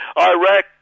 Iraq